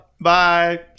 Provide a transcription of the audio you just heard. Bye